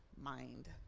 mind